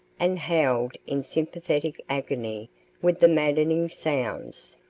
and howled in sympathetic agony with the maddening sounds.